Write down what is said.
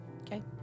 Okay